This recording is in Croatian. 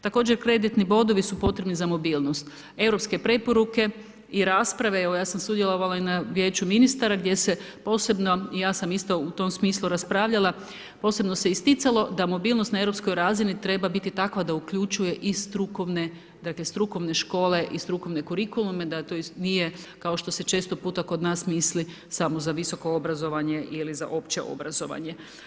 Također kreditni bodovi su potrebni za mobilnost, europske preporuke i rasprave, evo ja sam sudjelovala i na vijeću ministara, gdje se posebno i ja sam isto u tom smislu raspravljala, posebno se isticalo, da mobilnost na europskoj razini, treba biti takva da uključuje i strukovne škole, strukovne kurikulume, da to nije kao što se često puta kod nas misli, samo za visoko obrazovanje ili za opće obrazovanje.